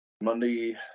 Monday